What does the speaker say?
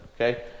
okay